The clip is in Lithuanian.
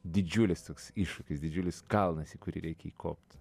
didžiulis toks iššūkis didžiulis kalnas į kurį reikia įkopt